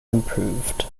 improved